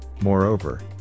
Moreover